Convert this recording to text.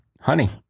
honey